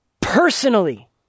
personally